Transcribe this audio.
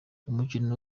umukino